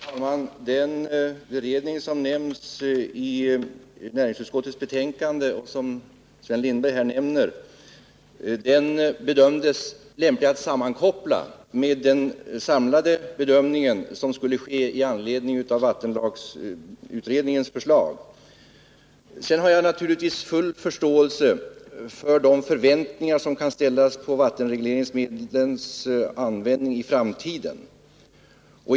Herr talman! Den beredning som nämnts i näringsutskottets betänkande och som Sven Lindberg här omnämner bedömdes lämplig att sammankoppla med den samlade bedömning som skulle göras i anledning av vattenlagsutredningens förslag. Sedan har jag naturligtvis full förståelse för de förväntningar som kan ställas på vattenregleringsmedlens användning i framtiden.